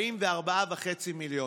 44 מיליון וחצי.